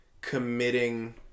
committing